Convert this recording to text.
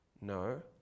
No